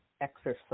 exercise